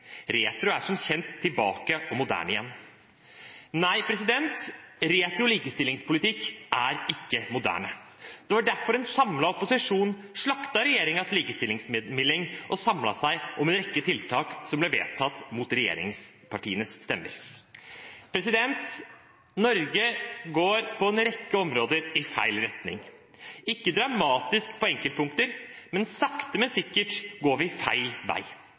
Retro er som kjent tilbake igjen og moderne igjen.» Nei, retro likestillingspolitikk er ikke moderne. Det var derfor en samlet opposisjon slaktet regjeringens likestillingsmelding og samlet seg om en rekke tiltak som ble vedtatt mot regjeringspartienes stemmer. Norge går på en rekke områder i feil retning – ikke dramatisk på enkeltpunkter, men sakte, men sikkert går vi feil vei.